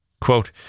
Quote